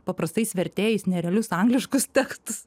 paprastais vertėjais nerealius angliškus tekstus